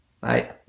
Bye